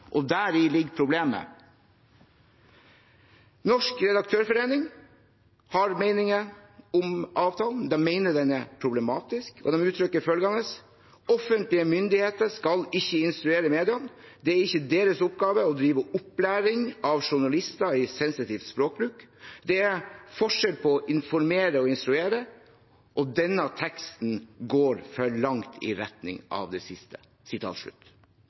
Og deri ligger problemet. Også Norsk Redaktørforening har meninger om avtalen. De mener den er problematisk, og uttrykker følgende: «Offentlige myndigheter skal ikke instruere mediene, det er ikke deres oppgave å drive opplæring av journalister i sensitiv språkbruk. Det er stor forskjell på å informere og instruere, og denne teksten går for langt i retning av det siste.»